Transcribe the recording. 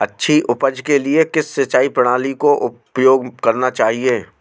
अच्छी उपज के लिए किस सिंचाई प्रणाली का उपयोग करना चाहिए?